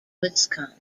wisconsin